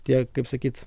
tiek kaip sakyt